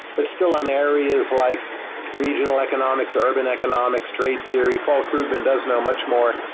but still on areas like regional economics, urban economics, trade theory, paul krugman does know much more,